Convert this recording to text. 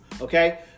okay